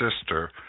sister